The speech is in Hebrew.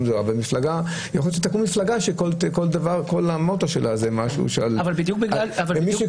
ויכול להיות שתקום מפלגה שכל המוטו שלה זה משהו --- ומי שאומר